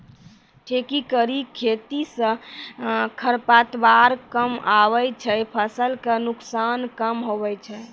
ठेकी करी के खेती से खरपतवार कमआबे छै फसल के नुकसान कम हुवै छै